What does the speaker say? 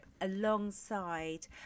alongside